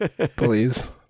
Please